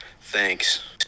Thanks